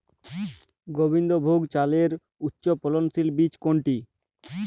গোবিন্দভোগ চালের উচ্চফলনশীল বীজ কোনটি?